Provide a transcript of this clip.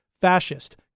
fascist